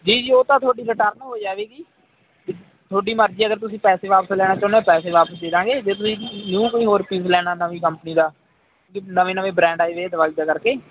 ਜੀ ਜੀ ਉਹ ਤਾਂ ਤੁਹਾਡੀ ਰਿਟਰਨ ਹੋ ਜਾਵੇਗੀ ਤੁਹਾਡੀ ਮਰਜ਼ੀ ਅਗਰ ਤੁਸੀਂ ਪੈਸੇ ਵਾਪਸ ਲੈਣਾ ਚਾਹੁੰਦੇ ਪੈਸੇ ਵਾਪਸ ਦੇ ਦਾਂਗੇ ਜੇ ਤੁਸੀਂ ਨਿਊ ਕੋਈ ਹੋਰ ਪੀਸ ਲੈਣਾ ਨਵੀਂ ਕੰਪਨੀ ਦਾ ਨਵੇਂ ਨਵੇਂ ਬ੍ਰਾਂਡ ਆਏ ਹੋਏ ਕਰਕੇ